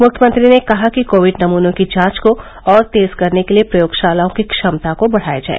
मुख्यमंत्री ने कहा कि कोविड नमूनों की जांच को और तेज करने के लिए प्रयोगशालाओं की क्षमता को बढ़ाया जाए